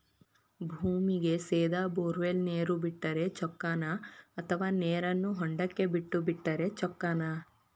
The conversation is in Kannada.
ಭೂಮಿಗೆ ಸೇದಾ ಬೊರ್ವೆಲ್ ನೇರು ಬಿಟ್ಟರೆ ಚೊಕ್ಕನ ಅಥವಾ ನೇರನ್ನು ಹೊಂಡಕ್ಕೆ ಬಿಟ್ಟು ಬಿಟ್ಟರೆ ಚೊಕ್ಕನ?